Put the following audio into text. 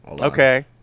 Okay